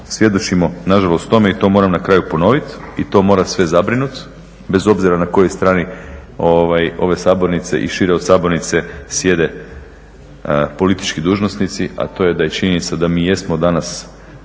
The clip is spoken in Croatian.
svjedočimo nažalost tome i to moram na kraju ponoviti i to mora sve zabrinut, bez obzira na kojoj strani ove sabornice i šire od sabornice sjede politički dužnosnici, a to je da je činjenica da mi jesmo danas